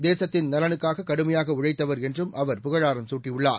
தேசத்தின் நலனுக்காக கடுமையாக உழைத்தவர் என்றும் அவர் புகழாரம் சூட்டியுள்ளார்